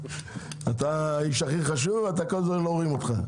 אתה האיש הכי חשוב וכל הזמן לא רואים אותך.